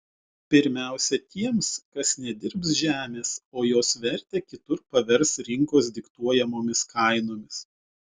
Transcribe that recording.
pirmiausia tiems kas nedirbs žemės o jos vertę kitur pavers rinkos diktuojamomis kainomis